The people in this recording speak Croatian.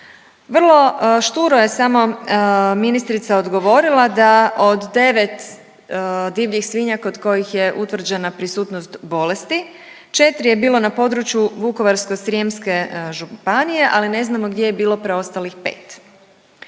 Vrlo šturo je samo ministrica odgovorila da od 9 divljih svinja kod kojih je utvrđena prisutnost bolesti četiri je bilo na području Vukovarsko-srijemske županije, ali ne znamo gdje je bilo preostalih pet.